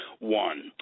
One